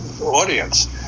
audience